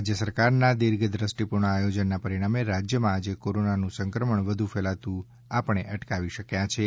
રાજ્ય સરકારના દીર્ઘદૃષ્ટિપૂર્ણ આયોજનના પરિણામે રાજયમાં આજે કોરીનાનું સંક્રમણ વધુ ફેલાતું આપણે અટકાવી શક્યા છીએ